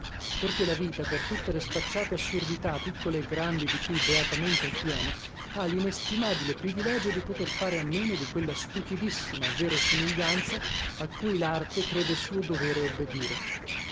perché la vita per tutte le sfacciate assurdità piccole e grandi di cui beatamente è piena ha linestimabile privilegio di poter fare a meno di quella stupidissima verosimiglianza a cui larte crede suo dovere obbedire